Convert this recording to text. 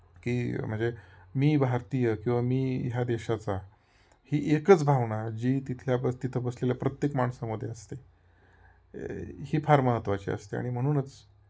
की म्हणजे मी भारतीय किंवा मी ह्या देशाचा ही एकच भावना जी तिथल्या बस तिथं बसलेल्या प्रत्येक माणसामध्ये असते ही फार महत्त्वाची असते आणि म्हणूनच